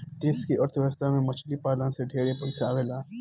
देश के अर्थ व्यवस्था में मछली पालन से ढेरे पइसा आवेला